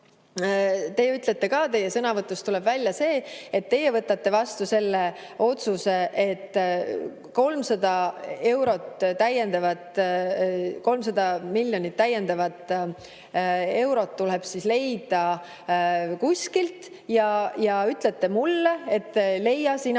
te ütlete ka, teie sõnavõtust tuleb välja see, et teie võtate vastu selle otsuse, et 300 miljonit täiendavat eurot tuleb leida kuskilt, ja ütlete mulle, et leia sina